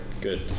Good